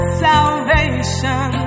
salvation